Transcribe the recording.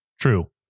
True